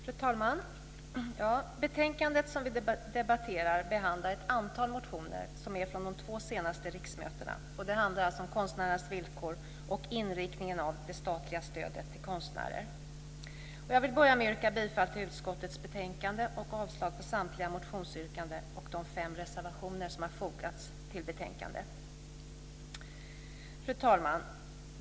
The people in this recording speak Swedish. Fru talman! Det betänkande som vi debatterar behandlar ett antal motioner från de två senaste riksmötena. Det handlar alltså om konstnärernas villkor och inriktningen av det statliga stödet till konstnärer. Jag vill börja med att yrka bifall till utskottets hemställan i betänkandet och avslag på samtliga motionsyrkanden och de fem reservationer som har fogats till betänkandet. Fru talman!